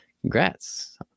Congrats